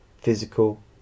physical